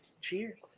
cheers